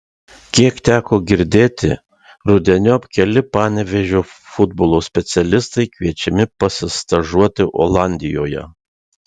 kiek teko girdėti rudeniop keli panevėžio futbolo specialistai kviečiami pasistažuoti olandijoje